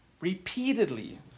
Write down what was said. repeatedly